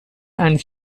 and